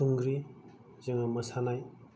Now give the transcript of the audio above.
थुंग्रि जोङो मोसानाय